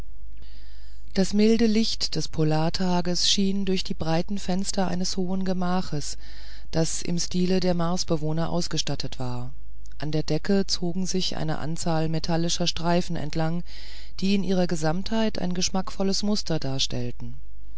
das milde licht des polartages schien durch die breiten fenster eines hohen gemaches das im stile der marsbewohner ausgestattet war an der decke zogen sich eine große anzahl metallischer streifen entlang die in ihrer gesamtheit ein geschmackvolles muster darstellten